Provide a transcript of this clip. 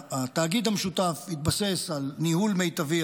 התאגיד המשותף יתבסס על ניהול מיטבי,